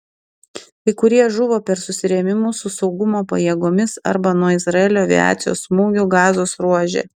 kai kurie žuvo per susirėmimus su saugumo pajėgomis arba nuo izraelio aviacijos smūgių gazos ruože